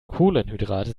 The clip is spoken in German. kohlenhydrate